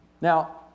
Now